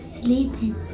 sleeping